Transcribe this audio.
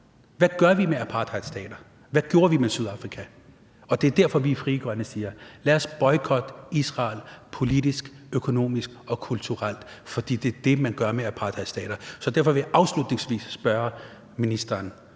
Hvad gør vi med apartheidstater? Hvad gjorde vi med Sydafrika? Det er derfor, vi i Frie Grønne siger: Lad os boykotte Israel politisk, økonomisk og kulturelt, fordi det er det, man gør med apartheidstater. Så derfor vil jeg afslutningsvis spørge ministeren,